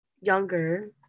younger